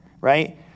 right